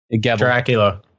dracula